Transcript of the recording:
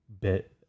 bit